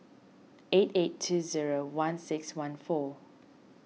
eight eight two zero one six one four